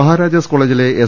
മഹാരാജാസ് കോളേജിലെ എസ്